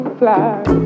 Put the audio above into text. fly